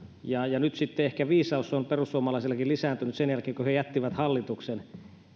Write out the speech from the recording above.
ja ja nyt sitten ehkä viisaus on perussuomalaisillakin lisääntynyt sen jälkeen kun he jättivät hallituksen